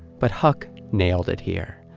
but huck nailed it here.